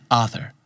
author